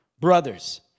Brothers